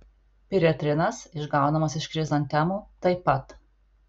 piretrinas išgaunamas iš chrizantemų taip pat